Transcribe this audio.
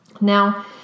Now